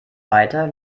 weiter